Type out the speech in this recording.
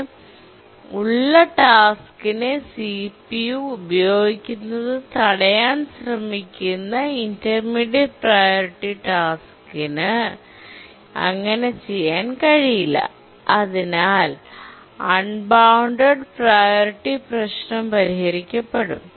അതിനാൽ കുറഞ്ഞ പ്രിയോറിറ്റി ഉള്ള ടാസ്കിനെ സി പി ഉ ഉപയോഗിക്കുന്നത് തടയാൻ ശ്രമിക്കുന്ന ഇന്റർമീഡിയേറ്റ പ്രിയോറിറ്റി ടാസ്കിനു അങ്ങനെ ചെയ്യാൻ കഴിയില്ല അതിനാൽ അൺബൌണ്ടഡ് പ്രിയോറിറ്റി പ്രശ്നം പരിഹരിക്കപ്പെടും